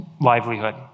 livelihood